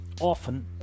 often